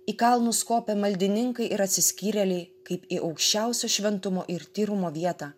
į kalnus kopia maldininkai ir atsiskyrėliai kaip į aukščiausio šventumo ir tyrumo vietą